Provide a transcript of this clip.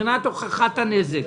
מבחינת הוכחת הנזק.